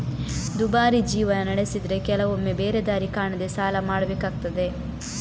ದುಬಾರಿ ಜೀವನ ನಡೆಸಿದ್ರೆ ಕೆಲವೊಮ್ಮೆ ಬೇರೆ ದಾರಿ ಕಾಣದೇ ಸಾಲ ಮಾಡ್ಬೇಕಾಗ್ತದೆ